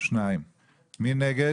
2. מי נגד?